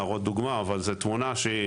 אין לי פה דוגמה להראות אבל זו תמונה מושחתת,